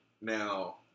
Now